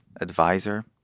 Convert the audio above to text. advisor